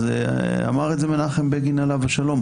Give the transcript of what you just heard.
אמר מנחם בגין עליו השלום,